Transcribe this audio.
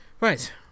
Right